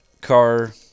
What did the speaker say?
car